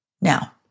Now